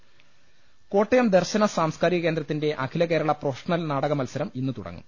ലലലലലലലലലലലല കോട്ടയം ദർശന സാസ്കാരിക കേന്ദ്രത്തിന്റെ അഖില കേരള പ്രൊഫഷണൽ നാടകമത്സരം ഇന്ന് തുടങ്ങും